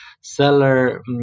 seller